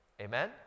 Amen